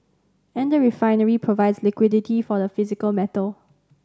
and a refinery provides liquidity for the physical metal